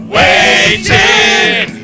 waiting